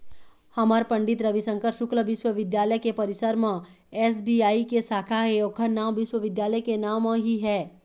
हमर पंडित रविशंकर शुक्ल बिस्वबिद्यालय के परिसर म एस.बी.आई के साखा हे ओखर नांव विश्वविद्यालय के नांव म ही है